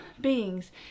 beings